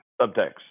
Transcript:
Subtext